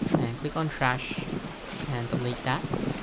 and click on trash and delete that